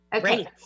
Great